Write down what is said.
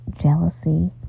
jealousy